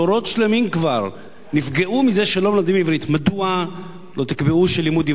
דורות שלמים כבר נפגעו מזה שהם לא לומדים עברית.